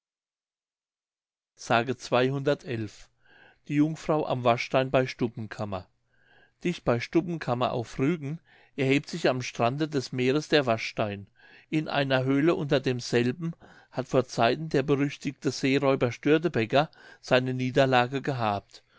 die jungfrau am waschstein bei stubbenkammer dicht bei stubbenkammer auf rügen erhebt sich am strande des meeres der waschstein in einer höhle unter demselben hat vor zeiten der berüchtigte seeräuber störtebeck seine niederlage gehabt